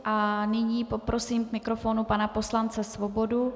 A nyní poprosím k mikrofonu pana poslance Svobodu.